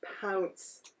pounce